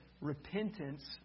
repentance